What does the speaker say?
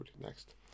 Next